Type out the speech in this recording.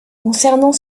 concernant